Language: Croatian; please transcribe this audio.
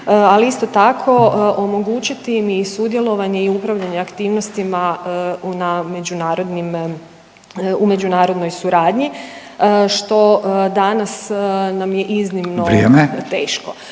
Ali isto tako omogućiti im i sudjelovanje i upravljanje aktivnostima u međunarodnoj suradnji što danas nam je iznimno teško.